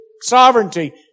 sovereignty